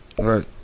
Right